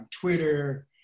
Twitter